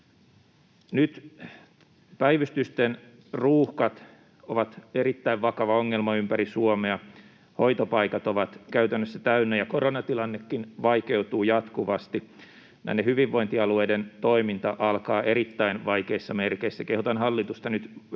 Nyt päivystysten ruuhkat ovat erittäin vakava ongelma ympäri Suomea. Hoitopaikat ovat käytännössä täynnä, ja koronatilannekin vaikeutuu jatkuvasti. Näiden hyvinvointialueiden toiminta alkaa erittäin vaikeissa merkeissä. Kehotan hallitusta nyt nopeisiin